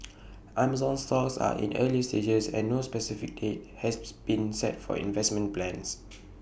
Amazon's talks are in earlier stages and no specific date has been set for investment plans